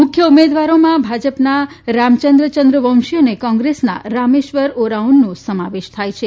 મુખ્ય ઉમેદવારોમાં ભાજપના રામચંદ્ર ચંદ્રનશી અને કોંગ્રેસના રામેશ્વર ઓરાઓનનો સમાવેશ થાય છે